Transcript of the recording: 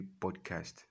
Podcast